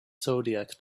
zodiac